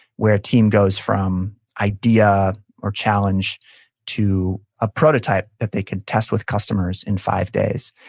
where team goes from idea or challenge to a prototype that they can test with customers in five days.